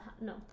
no